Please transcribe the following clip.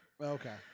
Okay